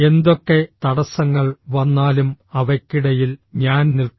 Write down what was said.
എന്തൊക്കെ തടസ്സങ്ങൾ വന്നാലും അവയ്ക്കിടയിൽ ഞാൻ നിൽക്കും